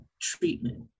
treatment